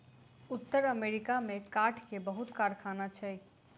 उत्तर अमेरिका में काठ के बहुत कारखाना छै